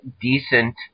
decent